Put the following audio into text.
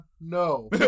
No